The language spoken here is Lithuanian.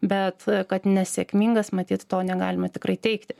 bet kad nesėkmingas matyt to negalima tikrai teigti